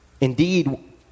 Indeed